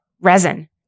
resin